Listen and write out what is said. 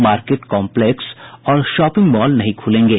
market complex और shopping mall नहीं खूलेंगे